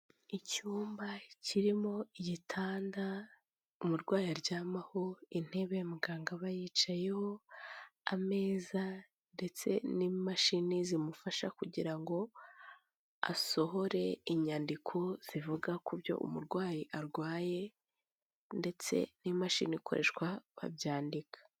Icyumba kirimo igitanda umurwayi aryamaho, intebe muganga aba yicayeho, ameza ndetse n'imashini zimufasha kugira ngo asohore inyandiko zivuga ku byo umurwayi arwaye ndetse n'imashini ikoreshwa babyandika.